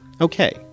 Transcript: Okay